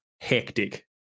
hectic